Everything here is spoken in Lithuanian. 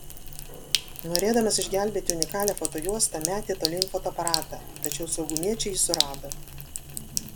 norėdamas išgelbėti unikalią fotojuostą metė tolyn fotoaparatą tačiau saugumiečiai jį surado